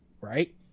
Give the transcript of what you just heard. right